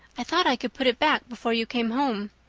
i thought i could put it back before you came home.